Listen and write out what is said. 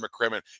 McCrimmon